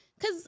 Cause